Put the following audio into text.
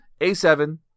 A7